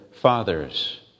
fathers